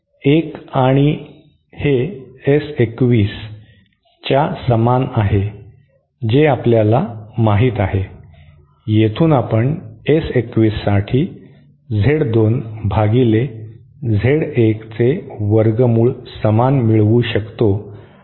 1 आणि हे S 21 च्या समान आहे जे आपल्याला माहित आहे येथून आपण S 2 1 साठी Z 2 भागिले Z 1 चे वर्गमूळ समान मिळवू शकतो